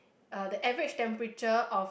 uh the average temperature of